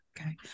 Okay